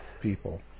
people